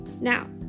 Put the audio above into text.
Now